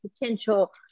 potential